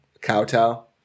Kowtow